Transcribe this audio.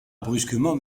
brusquement